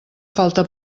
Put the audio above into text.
falta